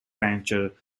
rancher